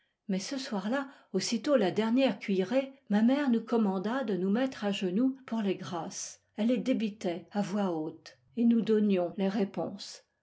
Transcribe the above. mais ce soir-là aussitôt la dernière cuillerée ma mère nous commanda de nous mettre à genoux pour les grâces elle les débitait à voix haute et nous donnions les répons